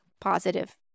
positive